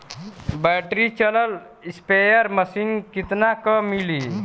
Battery चलत sprayer machine कितना क मिली?